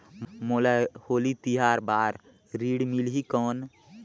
मोला होली तिहार बार ऋण मिलही कौन?